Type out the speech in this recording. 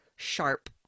Sharp